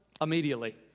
immediately